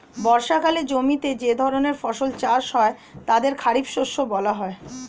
বর্ষাকালে জমিতে যে ধরনের ফসল চাষ হয় তাদের খারিফ শস্য বলা হয়